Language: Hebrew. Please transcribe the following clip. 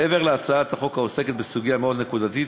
מעבר להצעת החוק, העוסקת בסוגיה מאוד נקודתית,